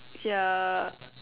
yeah